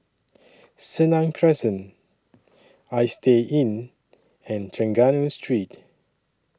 Senang Crescent Istay Inn and Trengganu Street